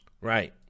Right